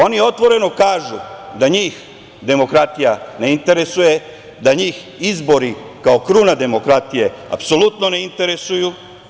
Oni otvoreno kažu da njih demokratija ne interesuje, da njih izbori kao kruna demokratije apsolutno ne interesuju.